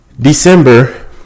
December